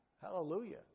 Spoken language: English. Hallelujah